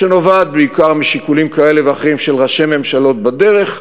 שנובעת בעיקר משיקולים כאלה ואחרים של ראשי ממשלות בדרך,